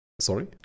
Sorry